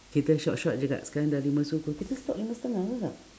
kita short short jer kak sekarang dah lima suku kita stop lima setengah ke kak